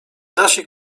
nasi